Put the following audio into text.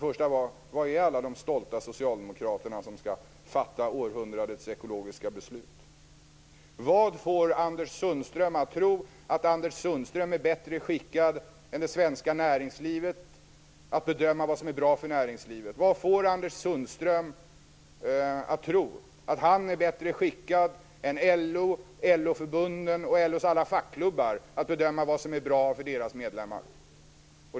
Var är alla de stolta socialdemokraterna som skall fatta århundradets ekologiska beslut? Vad får Anders Sundström att tro att Anders Sundström är bättre skickad än det svenska näringslivet att bedöma vad som är bra för näringslivet? Vad får Anders Sundström att tro att han är bättre skickad än LO, LO förbunden och LO:s alla fackklubbar att bedöma vad som är bra för deras medlemmar?